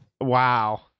wow